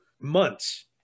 months